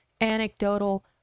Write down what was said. anecdotal